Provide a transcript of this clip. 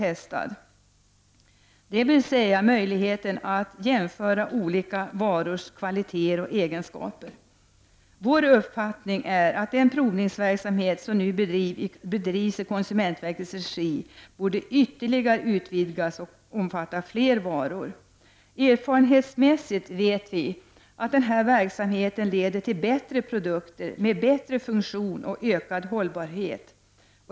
Man har då möjlighet att jämföra olika varors kvaliteter och egenskaper. Vår uppfattning är att den provningsverksamhet som nu bedrivs i konsumentverkets regi ytterligare borde utvidgas till att omfatta fler varor. Erfarenhetsmässigt vet vi att denna verksamhet leder till bättre produkter med bättre funktion och ökad hållbarhet.